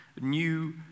new